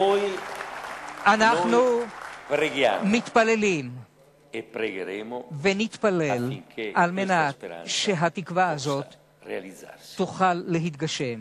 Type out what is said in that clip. (מחיאות כפיים) אנחנו מתפללים ונתפלל שהתקווה הזאת תוכל להתגשם.